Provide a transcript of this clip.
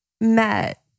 met